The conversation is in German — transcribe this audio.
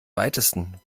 weitesten